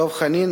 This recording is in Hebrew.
דב חנין,